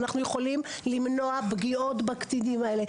ואנחנו יכולים למנוע פגיעות בקטינים האלה.